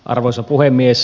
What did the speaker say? arvoisa puhemies